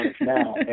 now